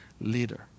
leader